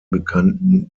bekannten